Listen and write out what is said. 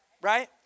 right